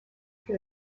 que